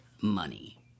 money